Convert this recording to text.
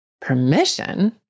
Permission